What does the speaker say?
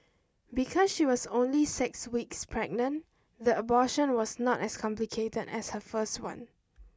because she was only six weeks pregnant the abortion was not as complicated as her first one